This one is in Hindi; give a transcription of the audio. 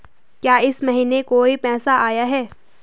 क्या इस महीने कोई पैसा आया है?